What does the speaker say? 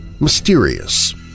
mysterious